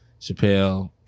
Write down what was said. Chappelle